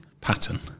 pattern